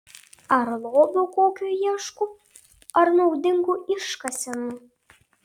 ar lobio kokio ieško ar naudingų iškasenų